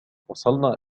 وصلنا